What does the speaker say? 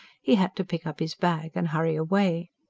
he had to pick up his bag and hurry away.